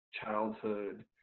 childhood